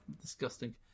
Disgusting